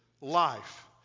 life